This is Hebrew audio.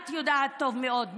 את יודעת טוב מאוד,